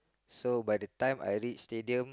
so by the time I reach stadium